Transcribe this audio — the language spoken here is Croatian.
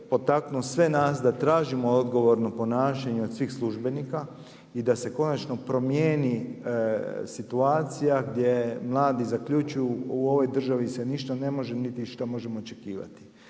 potaknuo sve nas da tražimo odgovorno ponašanje od svih službenika i da se konačno promijeni situacija gdje mladi zaključuju u ovoj državi se ništa ne može niti išta možemo očekivati.